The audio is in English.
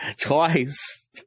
Twice